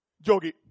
Jogi